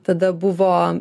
tada buvo